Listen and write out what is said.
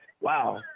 Wow